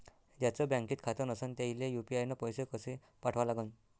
ज्याचं बँकेत खातं नसणं त्याईले यू.पी.आय न पैसे कसे पाठवा लागन?